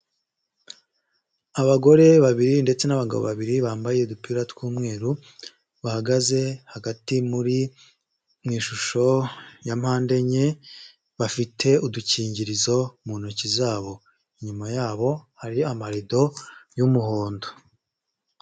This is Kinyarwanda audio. Abagore babiri ndetse n'abagabo babiri bambaye udupira tw'umweru, bahagaze hagati mu ishusho ya mpande enye, bafite udukingirizo mu ntoki zabo, inyuma yabo hari amarido y'umuhondo.